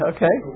Okay